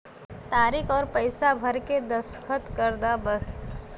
तारीक अउर पइसा भर के दस्खत कर दा बस